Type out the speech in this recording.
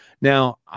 now